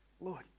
Lord